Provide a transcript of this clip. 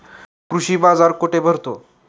कृषी बाजार कुठे भरतो?